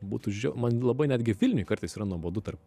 būtų žiau man labai netgi vilniuj kartais yra nuobodu tarp